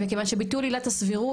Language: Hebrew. וכיוון שביטול עילת הסבירות,